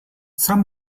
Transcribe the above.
some